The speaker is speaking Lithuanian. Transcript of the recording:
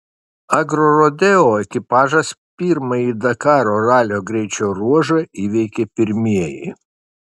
agrorodeo ekipažas pirmąjį dakaro ralio greičio ruožą įveikė pirmieji